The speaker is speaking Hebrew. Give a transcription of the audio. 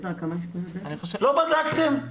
לא בדקתם?